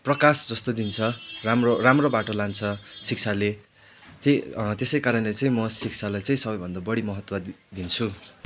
प्रकाश जस्तो दिन्छ राम्रो राम्रो बाटो लान्छ शिक्षाले त्यही त्यसै कारणले म शिक्षालाई सबैभन्दा बढी महत्त्व दिन्छु